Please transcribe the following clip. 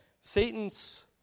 Satan's